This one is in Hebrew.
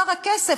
שאר הכסף,